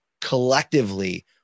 collectively